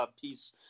piece